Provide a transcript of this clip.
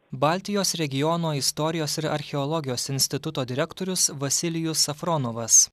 baltijos regiono istorijos ir archeologijos instituto direktorius vasilijus safronovas